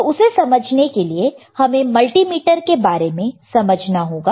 तो उसे समझने के लिए हमें मल्टीमीटर के बारे में समझना होगा